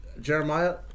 Jeremiah